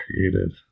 created